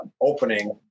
opening